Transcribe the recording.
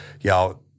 y'all